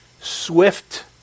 swift